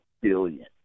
billion